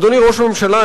אדוני ראש הממשלה,